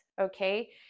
okay